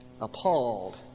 appalled